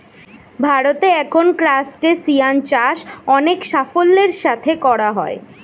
ভারতে এখন ক্রাসটেসিয়ান চাষ অনেক সাফল্যের সাথে করা হয়